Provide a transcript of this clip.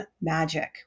magic